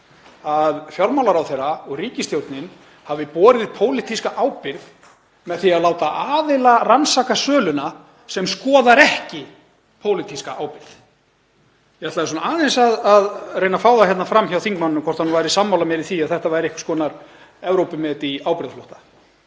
að fjármálaráðherra og ríkisstjórnin hafi axlað pólitíska ábyrgð með því að láta aðila rannsaka söluna sem skoðar ekki pólitíska ábyrgð. Ég ætlaði aðeins að reyna að fá það fram hjá þingmanni hvort hann sé sammála mér í því að þetta sé einhvers konar Evrópumet í ábyrgðarflótta.